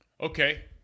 Okay